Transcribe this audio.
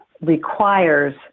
requires